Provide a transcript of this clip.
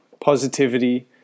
positivity